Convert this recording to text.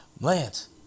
Lance